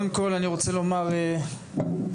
אני רוצה לומר בשמנו,